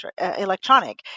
electronic